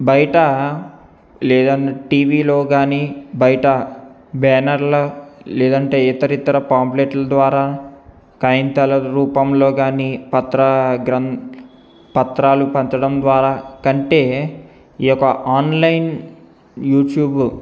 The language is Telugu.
బయటా లేదన్న టీవీలో కానీ బయట బ్యానర్లో లేదంటే ఇతర ఇతర పాంప్లెట్ల ద్వారా కాగితాల రూపంలో కానీ పత్రా గ్రన్ పత్రాలు పంచడం ద్వారా కంటే ఈ యొక్క ఆన్లైన్ యూట్యూబు